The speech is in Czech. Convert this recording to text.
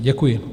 Děkuji.